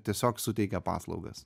tiesiog suteikia paslaugas